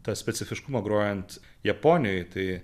tą specifiškumą grojant japonijoj tai